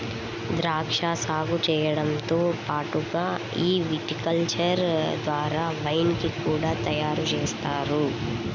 ద్రాక్షా సాగు చేయడంతో పాటుగా ఈ విటికల్చర్ ద్వారా వైన్ ని కూడా తయారుజేస్తారు